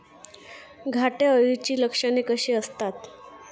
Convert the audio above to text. घाटे अळीची लक्षणे कशी असतात?